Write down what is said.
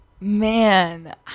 man